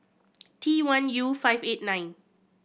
T one U five eight nine